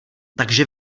takže